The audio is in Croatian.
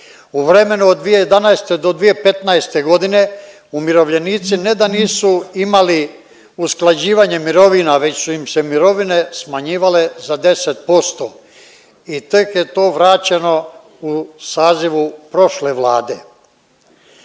U vremenu od 2011. do 2015. godine, umirovljenici ne da nisu imali usklađivanje mirovina već su im se mirovine smanjivale za 10% i tek je to vraćeno u sazivu prošle Vlade.